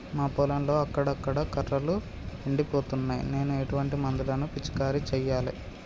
మా పొలంలో అక్కడక్కడ కర్రలు ఎండిపోతున్నాయి నేను ఎటువంటి మందులను పిచికారీ చెయ్యాలే?